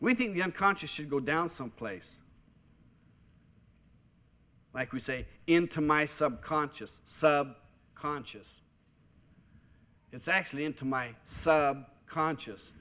we think the unconscious should go down some place like we say into my subconscious conscious it's actually into my sub conscious